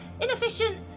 Inefficient